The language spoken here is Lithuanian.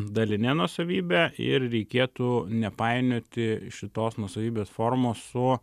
daline nuosavybe ir reikėtų nepainioti šitos nuosavybės formos su